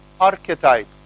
archetype